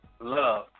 love